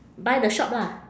buy the shop lah